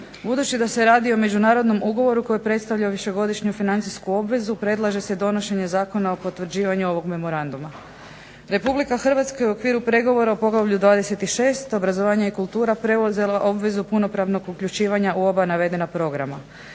Budući da se radi o međunarodnom ugovoru koji predstavlja višegodišnju financijsku obvezu, predlaže se donošenje Zakona o potvrđivanju ovog memoranduma. RH u okviru pregovora o poglavlju 26 – Obrazovanje, kultura preuzela obvezu punopravnog uključivanja u oba navedena programa.